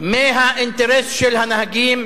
מהאינטרס של הנהגים,